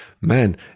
man